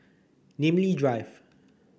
Namly Drive